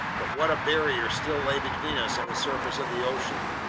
but what a barrier still lay between us and the surface of the ocean!